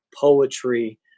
poetry